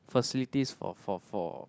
facilities for for for